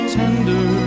tender